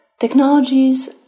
Technologies